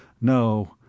No